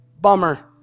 Bummer